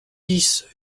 dix